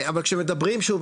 אבל כשמדברים שוב,